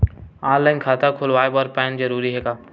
Online खाता खुलवाय बर पैन जरूरी हे का?